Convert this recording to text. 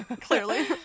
clearly